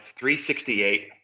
368